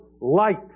Light